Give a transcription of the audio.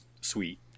sweet